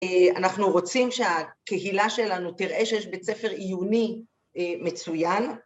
אנחנו רוצים שהקהילה שלנו תראה שיש בית ספר עיוני מצוין